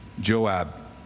Joab